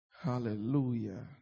hallelujah